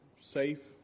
safe